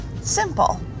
Simple